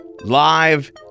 live